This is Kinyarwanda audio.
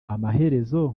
amaherezo